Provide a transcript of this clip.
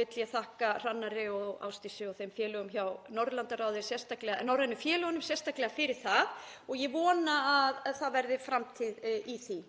Ég vil þakka Hrannari og Ásdísi og þeim félögum hjá Norðurlandaráði, sérstaklega norrænu félögunum, fyrir það og ég vona að það verði framtíð í því.